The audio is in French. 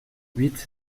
huit